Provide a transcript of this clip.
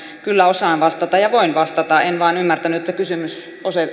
kyllä osaan vastata ja voin vastata en vain ymmärtänyt että kysymys